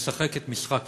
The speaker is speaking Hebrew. משחקת משחק כפול.